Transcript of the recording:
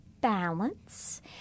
balance